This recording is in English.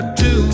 two